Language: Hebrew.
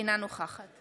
אינה נוכחת